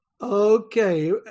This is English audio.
Okay